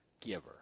giver